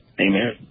Amen